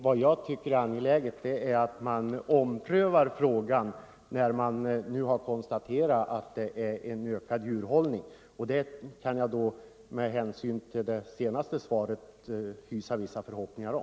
Vad jag tycker är angeläget är att man omprövar frågan om antalet veterinärer när man nu har konstaterat att det är en ökad djurhållning, och det kan jag med hänsyn till det senaste svaret hysa vissa förhoppningar om.